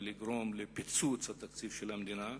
ולגרום לפיצוץ התקציב של המדינה,